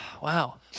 Wow